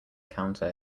counter